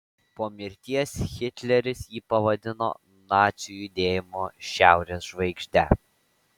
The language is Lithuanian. po mirties hitleris jį pavadino nacių judėjimo šiaurės žvaigžde